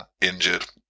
injured